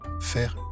faire